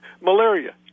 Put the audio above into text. malaria